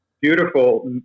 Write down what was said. beautiful